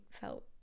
felt